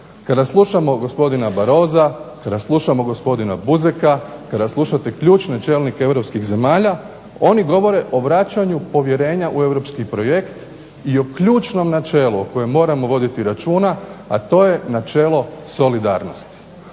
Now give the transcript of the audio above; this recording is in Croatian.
Kada slušamo gospodina Barossa, kada slušamo gospodina Buzeka, kada slušate ključne čelnike europskih zemalja oni govore o vraćanju povjerenja u europski projekt i o ključnom načelu o kojem moramo voditi računa, a to je načelo solidarnosti.